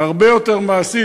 הרבה יותר מעשית.